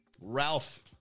Ralph